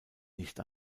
nicht